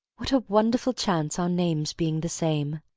what a wonderful chance our names being the same!